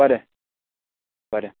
बरें बरें